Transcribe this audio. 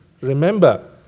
remember